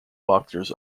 boxers